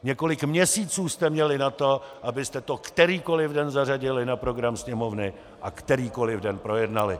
Několik měsíců jste měli na to, abyste to kterýkoli den zařadili na program Sněmovny a kterýkoli den projednali.